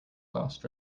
lost